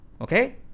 okay